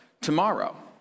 tomorrow